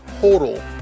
total